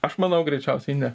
aš manau greičiausiai ne